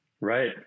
Right